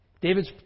David's